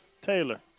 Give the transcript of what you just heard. Taylor